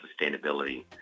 sustainability